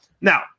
Now